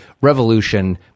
revolution